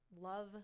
love